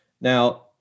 Now